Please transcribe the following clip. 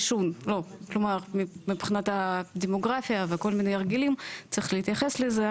כלומר מבחינת הדמוגרפיה וכל מיני הרגלים שצריך להתייחס לזה,